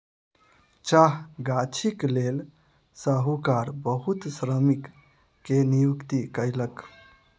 चाह गाछीक लेल साहूकार बहुत श्रमिक के नियुक्ति कयलक